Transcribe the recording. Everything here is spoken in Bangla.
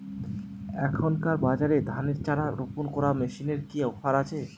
এখনকার বাজারে ধানের চারা রোপন করা মেশিনের কি অফার আছে?